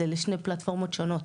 אלו שתי פלטפורמות שונות.